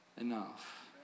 enough